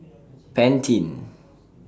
Pantene